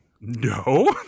No